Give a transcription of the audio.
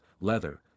leather